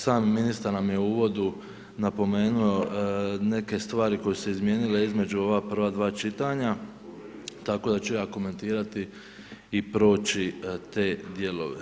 Sam ministar nam je u uvodu napomenuo neke stvari koje su se izmijenile između ova prva dva čitanja tako da ću ja komentirati i proći te dijelove.